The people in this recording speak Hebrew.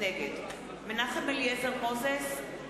נגד מנחם אליעזר מוזס,